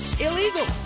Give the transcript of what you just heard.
illegal